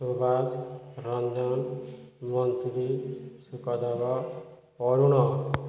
ସୁବାଷ ରଞ୍ଜନ ମନ୍ତ୍ରୀ ସୁପଦବ ଅରୁଣ